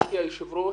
גברתי היושבת ראש,